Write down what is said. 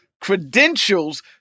credentials